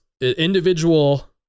individual